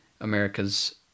America's